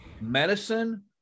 medicine